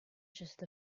just